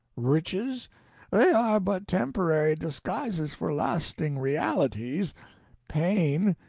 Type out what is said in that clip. riches they are but temporary disguises for lasting realities pain,